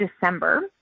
December